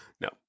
No